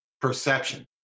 perception